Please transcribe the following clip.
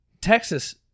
Texas